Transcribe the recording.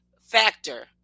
factor